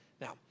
Now